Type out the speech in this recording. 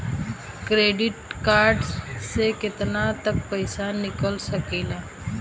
Credit card से केतना तक पइसा निकाल सकिले?